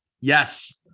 Yes